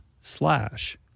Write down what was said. slash